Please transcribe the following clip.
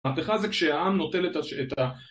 מהפכה זה כשהעם נוטל את ה...